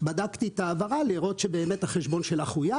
בדקתי את ההעברה לראות שבאמת החשבון שלה חויב